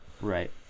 Right